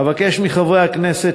אבקש מחברי הכנסת,